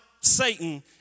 Satan